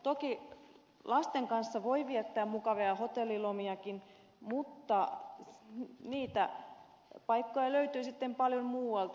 toki lasten kanssa voi viettää mukavia hotellilomiakin mutta niitä paikkoja löytyy sitten paljon muualta